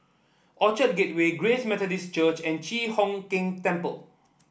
Orchard Gateway Grace Methodist Church and Chi Hock Keng Temple